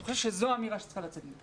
אני חושב שזו האמירה שצריכה לצאת מפה.